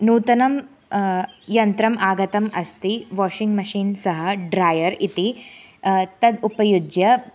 नूतनं यन्त्रम् आगतम् अस्ति वाषिङ्ग् मिषिन् सह ड्रैयर् इति तद् उपयुज्य